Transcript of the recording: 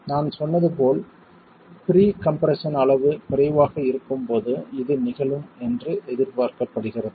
நான் சொன்னது போல் ப்ரீ கம்ப்ரெஸ்ஸன் அளவு குறைவாக இருக்கும்போது இது நிகழும் என்று எதிர்பார்க்கப்படுகிறது